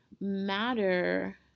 matter